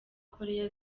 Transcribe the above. korea